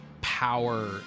power